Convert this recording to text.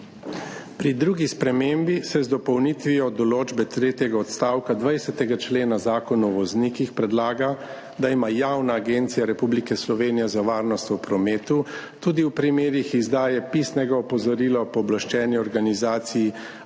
Pri drugi spremembi se z dopolnitvijo določbe tretjega odstavka 20. člena Zakona o voznikih predlaga, da ima Javna agencija Republike Slovenije za varnost v prometu tudi v primerih izdaje pisnega opozorila o pooblaščeni organizaciji